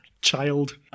child